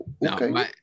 no